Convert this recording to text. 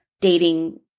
dating